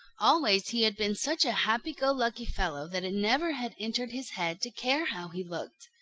always he had been such a happy-go-lucky fellow that it never had entered his head to care how he looked.